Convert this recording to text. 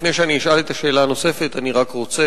לפני שאני אשאל את השאלה הנוספת אני רק רוצה,